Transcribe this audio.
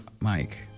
Mike